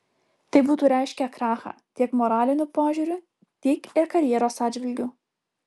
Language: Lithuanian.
tai būtų reiškę krachą tiek moraliniu požiūriu tiek ir karjeros atžvilgiu